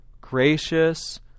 gracious